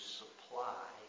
supply